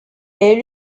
est